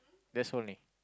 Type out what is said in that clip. that's only